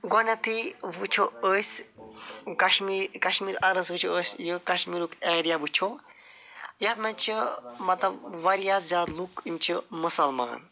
گۄڈنٮ۪تھٕے وُچھو أسۍ کشمیٖر کشمیٖر اگر أسۍ یہِ کشمیٖرُک ایرِیا وُچھو یَتھ منٛز چھِ مطلب وارِیاہ زیادِ لُکھ یِم چھِ مُسلمان